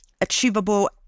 achievable